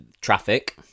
traffic